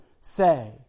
say